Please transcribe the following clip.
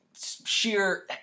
sheer